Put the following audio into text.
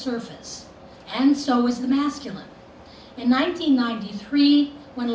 surface and so is the masculine in nineteen ninety three when